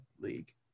league